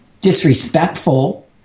disrespectful